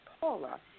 Paula